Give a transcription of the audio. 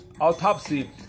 autopsy